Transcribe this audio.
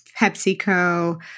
PepsiCo